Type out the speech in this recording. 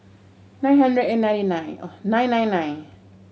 nine hundred and ninety nine nine nine nine